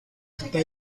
está